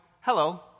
hello